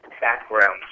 background